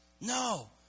No